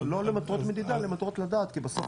לא למטרות מדידה למטרות לדעת כי בסוף